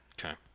okay